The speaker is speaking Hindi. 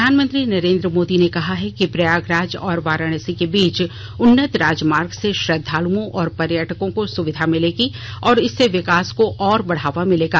प्रधानमंत्री नरेंद्र मोदी ने कहा है कि प्रयागराज और वाराणसी के बीच उन्नत राजमार्ग से श्रद्वालुओं और पर्यटकों को सुविधा मिलेगी और इससे विकास को और बढ़ावा मिलेगा